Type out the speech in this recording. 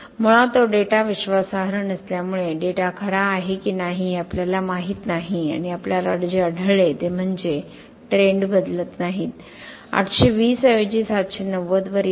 मुळात तो डेटा विश्वासार्ह नसल्यामुळे डेटा खरा आहे की नाही हे आपल्याला माहीत नाही आणि आपल्याला जे आढळले ते म्हणजे ट्रेंड बदलत नाहीत 820 ऐवजी 790 वर येतो